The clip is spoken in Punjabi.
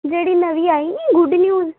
ਜਿਹੜੀ ਨਵੀਂ ਆਈ ਨਹੀਂ ਗੁੱਡ ਨਿਊਜ਼